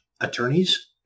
attorneys